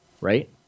right